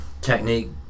technique